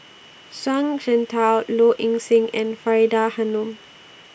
Zhuang Shengtao Low Ing Sing and Faridah Hanum